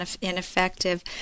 ineffective